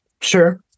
sure